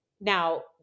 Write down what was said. Now